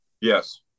yes